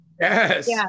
yes